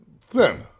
Thin